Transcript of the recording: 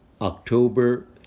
October